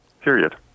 period